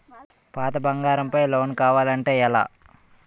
పాత బంగారం పై లోన్ కావాలి అంటే ఎలా?